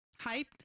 hyped